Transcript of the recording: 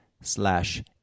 slash